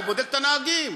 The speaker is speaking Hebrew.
הוא בודק את הנהגים.